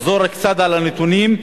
תחזור קצת על הנתונים,